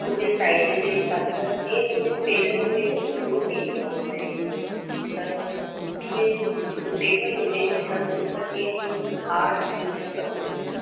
मुंहिंजे साइज़ जे हिसाब सां जीअं मुंहिंजे पेरनि में न सूरु रहंदो आहे इलाही त जेके सुटेबेल हुजनि मतिलबु सुठा जीअं हाड जूता न हुजनि